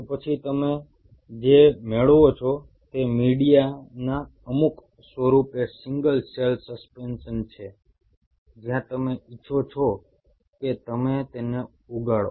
તો પછી તમે જે મેળવો છો તે મીડિયાના અમુક સ્વરૂપે સિંગલ સેલ સસ્પેન્શન છે જ્યાં તમે ઇચ્છો છો કે તમે તેને ઉગાડો